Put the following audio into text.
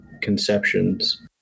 conceptions